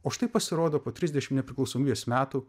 o štai pasirodo po trisdešim nepriklausomybės metų